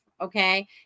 Okay